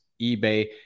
eBay